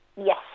Yes